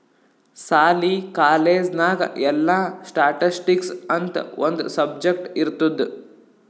ಸಾಲಿ, ಕಾಲೇಜ್ ನಾಗ್ ಎಲ್ಲಾ ಸ್ಟ್ಯಾಟಿಸ್ಟಿಕ್ಸ್ ಅಂತ್ ಒಂದ್ ಸಬ್ಜೆಕ್ಟ್ ಇರ್ತುದ್